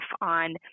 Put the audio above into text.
on